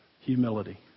humility